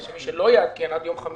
היא שמי שלא יעדכן את הפרטים עד יום חמישי,